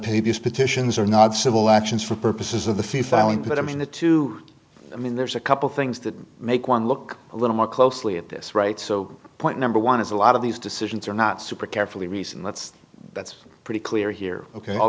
s petitions are not civil actions for purposes of the fee filing but i mean the two i mean there's a couple things that make one look a little more closely at this right so point number one is a lot of these decisions are not super carefully reasoned that's that's pretty clear here ok all